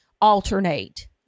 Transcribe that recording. alternate